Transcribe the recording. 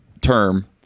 term